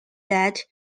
that